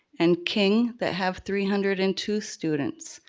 and king, that have three hundred and two students.